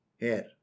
Hair